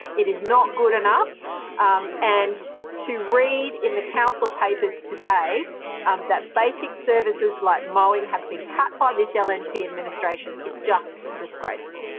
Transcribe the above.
it is not good enough and to read in the council papers today that basic services like mowing have been cut by this and and lnp administration is just disgraceful.